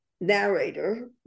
narrator